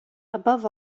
above